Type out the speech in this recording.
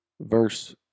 Verse